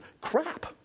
crap